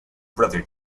brother